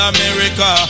America